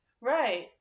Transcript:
Right